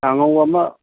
ꯀꯥꯡꯍꯧ ꯑꯃ